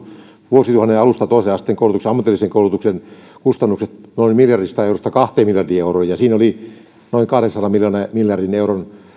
vuosituhannen alusta toisen asteen koulutuksen ammatillisen koulutuksen kustannukset noin miljardista eurosta kahteen miljardiin euroon ja siinä oli noin kahdensadan miljardin euron